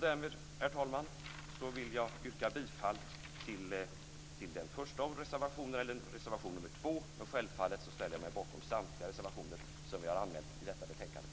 Därmed, herr talman, vill jag yrka bifall till reservation nr 2, men självfallet ställer jag mig bakom samtliga reservationer som vi har anmält i detta betänkande.